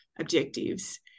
objectives